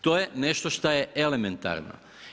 To je nešto što je elementarno.